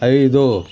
ఐదు